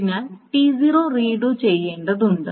അതിനാൽ T0 read ചെയ്യേണ്ടതുണ്ട്